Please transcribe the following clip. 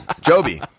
Joby